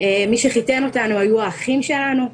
מי שחיתן אותנו היו האחים שלנו,